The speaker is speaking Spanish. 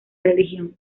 religión